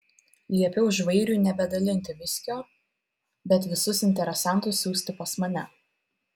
liepiau žvairiui nebedalinti viskio bet visus interesantus siųsti pas mane